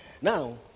Now